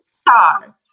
star